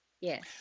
Yes